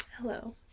hello